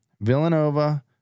Villanova